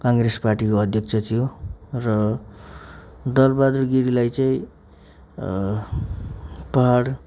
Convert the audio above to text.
काङ्ग्रेस पार्टीको अध्यक्ष थियो र दल बहादुर गिरीलाई चाहिँ पहाड